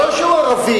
לא שהוא ערבי,